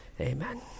amen